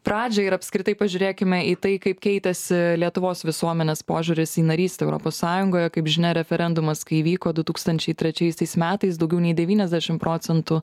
pradžią ir apskritai pažiūrėkime į tai kaip keitėsi lietuvos visuomenės požiūris į narystę europos sąjungoje kaip žinia referendumas kai vyko du tūkstančiai trečiaisiais metais daugiau nei devyniasdešimt procentų